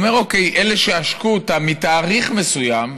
הוא אומר: אוקיי, אלה שעשקו אותם מתאריך מסוים